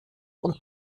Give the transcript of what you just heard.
und